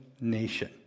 nation